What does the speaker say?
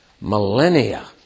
millennia